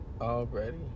already